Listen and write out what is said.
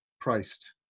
priced